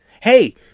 Hey